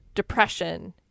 depression